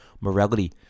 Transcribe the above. morality